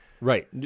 Right